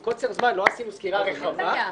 מקוצר זמן לא עשינו סקירה רחבה,